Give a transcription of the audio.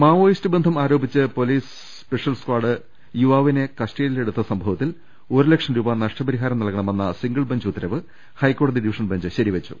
Maoist ബന്ധം ആരോപിച്ച് police special squad യുവാവിനെ കസ്റ്റഡിയിലെടുത്ത സംഭവത്തിൽ ഒരു ലക്ഷം രൂപ നഷ്ട പരിഹാരം നൽകണമെന്ന സിംഗിൾ ബഞ്ച് ഉത്തരവ് ഹൈക്കോടതി ഡിവിഷൻ ബെഞ്ച് ശരിവെച്ചു